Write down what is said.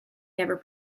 never